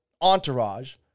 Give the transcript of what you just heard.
Entourage